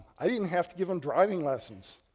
i didn't have to give them driving lessons.